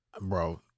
Bro